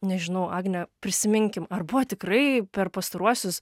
nežinau agne prisiminkim ar buvo tikrai per pastaruosius